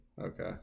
Okay